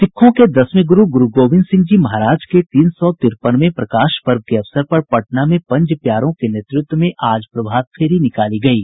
सिखों के दसवें गुरु गुरु गोविंद सिंह जी महाराज के तीन सौ तिरपनवें प्रकाश पर्व के अवसर पर पटना में पंज प्यारों के नेतृत्व में प्रभात फेरी निकाली गयी